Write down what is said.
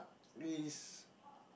please